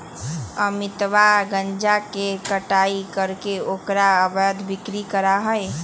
अमितवा गांजा के कटाई करके ओकर अवैध बिक्री करा हई